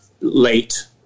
late